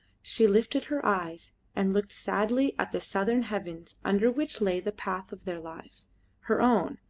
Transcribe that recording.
she lifted her eyes and looked sadly at the southern heavens under which lay the path of their lives her own,